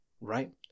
right